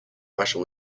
martial